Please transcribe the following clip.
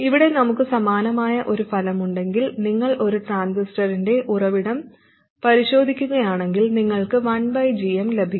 ഇവിടെ നമുക്ക് സമാനമായ ഒരു ഫലമുണ്ടെങ്കിൽ നിങ്ങൾ ഒരു ട്രാൻസിസ്റ്ററിന്റെ ഉറവിടം പരിശോധിക്കുകയാണെങ്കിൽ നിങ്ങൾക്ക് 1 gm ലഭിക്കും